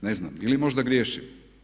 Ne znam, ili možda griješim.